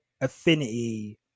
affinity